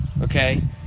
okay